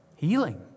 Healing